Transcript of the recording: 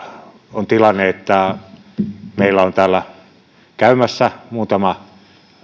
on tilanne että meillä on täällä käymässä muutama